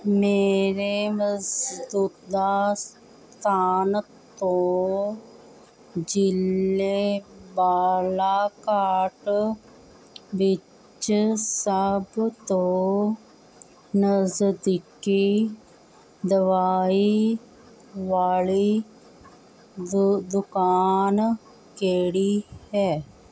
ਮੇਰੇ ਮਸਦੂਤਾ ਸਥਾਨ ਤੋਂ ਜ਼ਿਲ੍ਹੇ ਬਾਲਾਘਾਟ ਵਿੱਚ ਸਭ ਤੋਂ ਨਜ਼ਦੀਕੀ ਦਵਾਈ ਵਾਲ਼ੀ ਦੁ ਦੁਕਾਨ ਕਿਹੜੀ ਹੈ